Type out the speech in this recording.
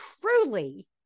truly